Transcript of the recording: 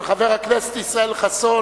של חבר הכנסת ישראל חסון.